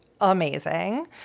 amazing